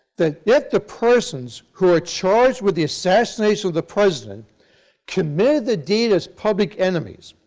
that if the persons who are charged with the assassination of the president committed the deed as public enemies,